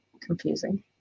confusing